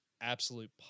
absolute